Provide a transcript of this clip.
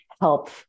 help